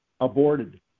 aborted